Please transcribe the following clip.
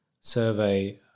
survey